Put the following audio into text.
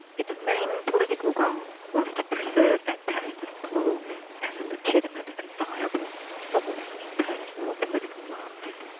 its main political role was to preserve that pacifist clause as a legitimate and viable force in post-war political life,